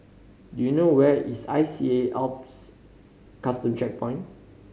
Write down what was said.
do you know where is I C A Alps Custom Checkpoint